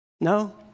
No